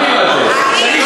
מה נבהלתם?